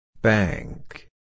Bank